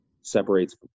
separates